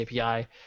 API